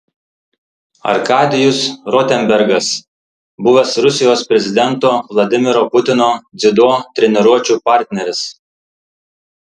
arkadijus rotenbergas buvęs rusijos prezidento vladimiro putino dziudo treniruočių partneris